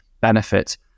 benefit